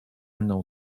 mną